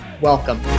welcome